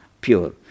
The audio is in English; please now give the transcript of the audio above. pure